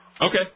Okay